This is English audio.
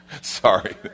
Sorry